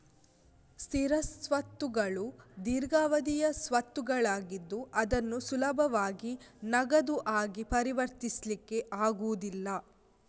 ಸ್ಥಿರ ಸ್ವತ್ತುಗಳು ದೀರ್ಘಾವಧಿಯ ಸ್ವತ್ತುಗಳಾಗಿದ್ದು ಅದನ್ನು ಸುಲಭವಾಗಿ ನಗದು ಆಗಿ ಪರಿವರ್ತಿಸ್ಲಿಕ್ಕೆ ಆಗುದಿಲ್ಲ